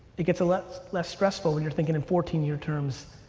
it gets a lot less stressful when you're thinking in fourteen year terms.